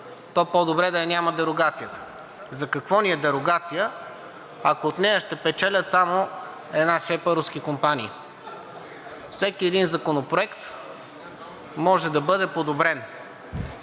то по-добре да я няма дерогацията. За какво ни е дерогация, ако от нея ще печелят само една шепа руски компании? Всеки един законопроект може да бъде подобрен.